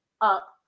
up